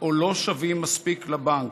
או לא שווים מספיק לבנק.